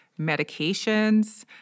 medications